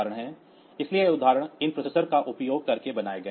इसलिए ये उदाहरण इन प्रोसेसरों का उपयोग करके बनाए गए हैं